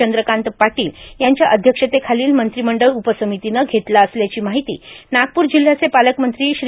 चंद्रकांत पाटील यांच्या अध्यक्षतेखालील मंत्रिमंडळ उपसमितीनं घेतला असल्याची माहिती नागपूर जिल्ह्यचे पालकमंत्री श्री